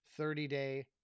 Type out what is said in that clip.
30-day